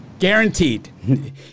guaranteed